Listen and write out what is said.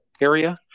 area